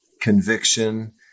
conviction